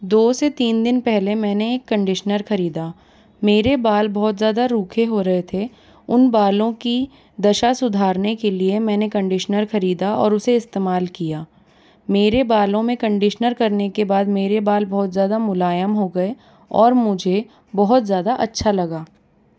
दो से तीन दिन पहले मैंने एक कंडीशनर ख़रीदा मेरे बाल बहुत ज़्यादा रूखे हो रहे थे उन बालों की दशा सुधारने के लिए मैंने कंडीशनर खरीदा और उसे इस्तेमाल किया मेरे बालों में कंडीशनर करने के बाद मेरे बाल बहुत ज़्यादा मुलायम हो गए और मुझे बहुत ज़्यादा अच्छा लगा